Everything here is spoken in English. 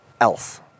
else